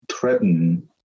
threaten